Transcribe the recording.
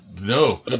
No